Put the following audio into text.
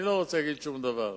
אני לא רוצה לומר שום דבר.